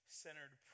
centered